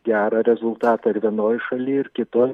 gerą rezultatą ir vienoj šaly ir kitoj